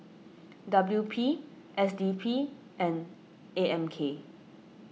W P S D P and A M K